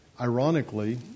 ironically